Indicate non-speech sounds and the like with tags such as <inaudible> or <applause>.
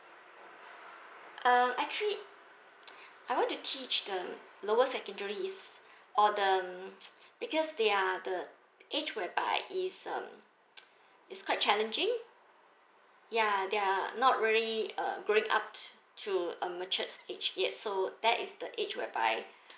um actually <noise> I want to teach um lower secondary is or the <noise> because they are the age whereby is um <noise> it's quite challenging ya ya they are not really uh bring up to a matured stage yet so that is the age whereby